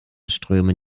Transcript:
strömen